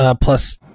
Plus